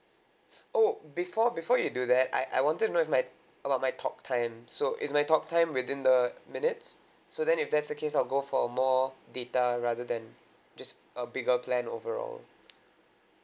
oh before before you do that I I wanted to know if my about my talk time so is my talk time within the minutes so then if that's the case I'll go for a more data rather than just a bigger plan overall